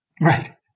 Right